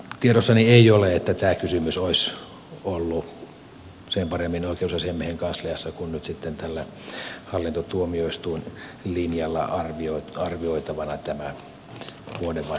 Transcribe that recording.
tiedossani ei ole että tämä kysymys vuodevaatteiden käyttömahdollisuus olisi ollut sen paremmin oikeusasiamiehen kansliassa kuin nyt sitten tällä hallintotuomioistuinlinjalla arvioitavana